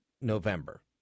November